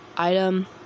Item